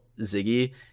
ziggy